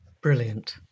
Brilliant